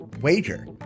wager